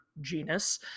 genus